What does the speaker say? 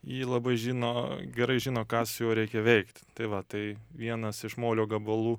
ji labai žino gerai žino ką su juo reikia veikt tai va tai vienas iš molio gabalų